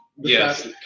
Yes